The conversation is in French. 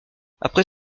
après